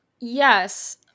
yes